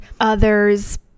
others